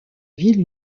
ville